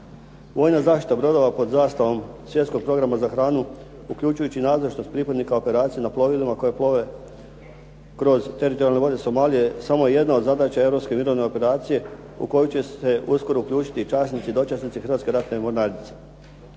Vojna zaštita brodova pod zastavom svjetskog programa za hranu, uključujući nazočnost pripadnika operacije na plovilima koja plove kroz teritorijalne vode Somalije samo je jedna od zadaća europske mirovne operacije u koju će se uskoro uključiti i časnici i dočasnici Hrvatske ratne mornarice.